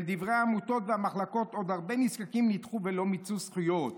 ולדברי העמותות המחלקות עוד הרבה נזקקים נדחו ולא מיצו זכויות.